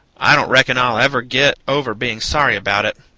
i don't reckon i'll ever get over being sorry about it.